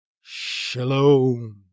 shalom